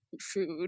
food